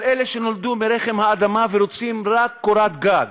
על אלה שנולדו מרחם האדמה ורוצים רק קורת גג?